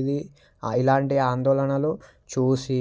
ఇది ఇలాంటి ఆందోళనలు చూసి